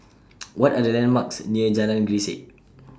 What Are The landmarks near Jalan Grisek